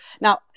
Now